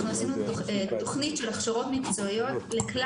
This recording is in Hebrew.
אנחנו עשינו תוכנית של הכשרות מקצועיות לכל